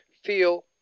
feel